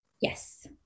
Yes